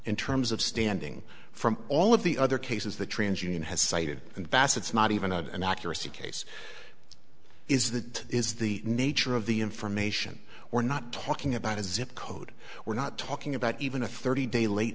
in terms of standing from all of the other cases the trans union has cited and facets not even of an accuracy case is that is the nature of the information we're not talking about a zip code we're not talking about even a thirty day late